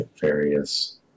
various